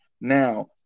Now